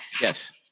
Yes